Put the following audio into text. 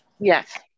Yes